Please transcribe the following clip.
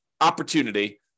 opportunity